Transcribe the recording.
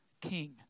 king